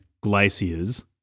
glaciers